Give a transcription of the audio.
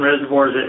reservoirs